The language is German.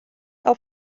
auf